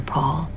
Paul